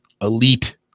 elite